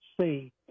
see